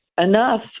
enough